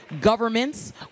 governments